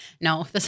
No